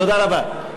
תודה רבה.